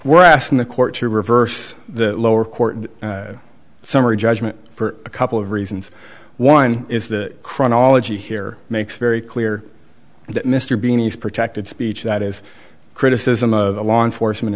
we're asking the court to reverse the lower court summary judgment for a couple of reasons one is the chronology here makes very clear that mr beanies protected speech that is criticism of the law enforcement